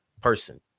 person